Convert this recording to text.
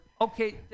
Okay